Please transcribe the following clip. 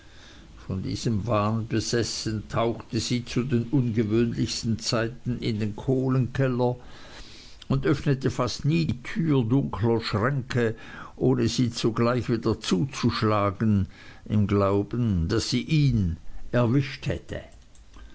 von diesem wahn besessen tauchte sie zu den ungewöhnlichsten zeiten in den kohlenkeller und öffnete fast nie die tür dunkler schränke ohne sie zugleich wieder zuzuschlagen im glauben daß sie ihn erwischt hätte